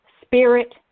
spirit